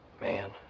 Man